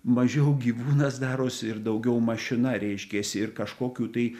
mažiau gyvūnas darosi ir daugiau mašina reiškiasi ir kažkokių tai